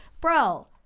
bro